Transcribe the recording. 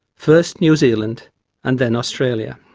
first new zealand and then australia.